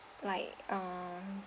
like uh